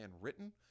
written